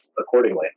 accordingly